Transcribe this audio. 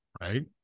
right